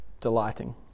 delighting